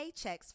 paychecks